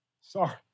Sorry